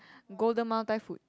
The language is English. Golden-Mile Thai food